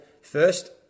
first